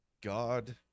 god